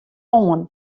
oan